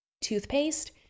toothpaste